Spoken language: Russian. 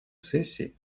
сессии